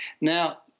Now